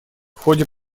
ходе